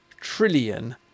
trillion